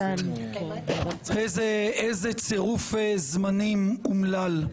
איזה צירוף זמנים אומלל.